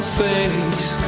face